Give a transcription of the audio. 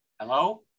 Hello